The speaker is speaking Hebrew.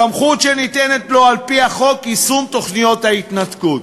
סמכות שניתנת לו על-פי חוק יישום תוכניות ההתנתקות,